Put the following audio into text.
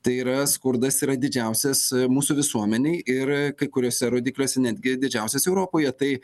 tai yra skurdas yra didžiausias mūsų visuomenėj ir kai kuriuose rodikliuose netgi didžiausias europoje tai